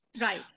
Right